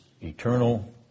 eternal